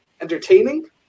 entertaining